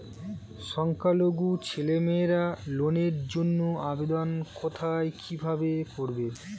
সংখ্যালঘু ছেলেমেয়েরা লোনের জন্য আবেদন কোথায় কিভাবে করবে?